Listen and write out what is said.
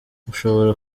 ushobora